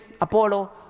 Apollo